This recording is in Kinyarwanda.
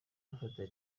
gufata